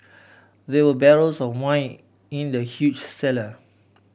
there were barrels of wine in the huge cellar